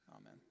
Amen